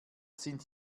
sind